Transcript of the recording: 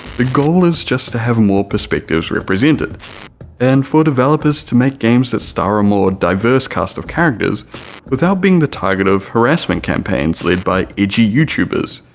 the goal is just to have more perspectives represented and for developers to make games that star a more diverse cast of characters without being the target of harassment campaigns led by edgy youtubers,